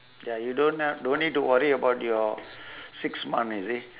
ya you don't uh don't need to worry about your six month you see